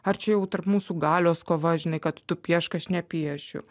ar čia jau tarp mūsų galios kova žinai kad tu piešk aš nepiešiu